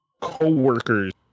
co-workers